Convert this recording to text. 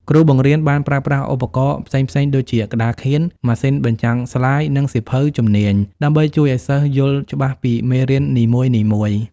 គ្រូបង្រៀនបានប្រើប្រាស់ឧបករណ៍ផ្សេងៗដូចជា ក្តារខៀន ម៉ាស៊ីនបញ្ចាំងស្លាយ និងសៀវភៅជំនាញ ដើម្បីជួយឱ្យសិស្សយល់ច្បាស់ពីមេរៀននីមួយៗ។